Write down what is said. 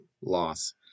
loss